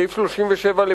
סעיף 37א